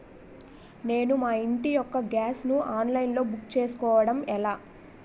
నేను మా ఇంటి యెక్క గ్యాస్ ను ఆన్లైన్ లో బుక్ చేసుకోవడం ఎలా?